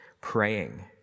praying